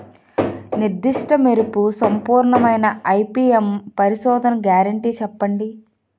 నిర్దిష్ట మెరుపు సంపూర్ణమైన ఐ.పీ.ఎం పరిశోధన గ్యారంటీ చెప్పండి?